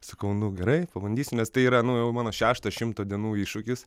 sakau nu gerai pabandysiu nes tai yra nu jau mano šeštas šimto dienų iššūkis